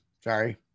sorry